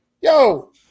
Yo